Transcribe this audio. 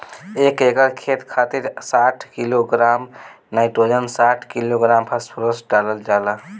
एक एकड़ खेत खातिर साठ किलोग्राम नाइट्रोजन साठ किलोग्राम फास्फोरस डालल जाला?